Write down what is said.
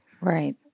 Right